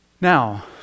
Now